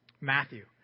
matthew